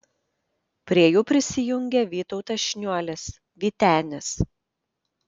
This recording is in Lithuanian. prie jų prisijungė vytautas šniuolis vytenis